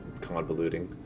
convoluting